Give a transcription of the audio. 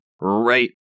right